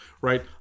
Right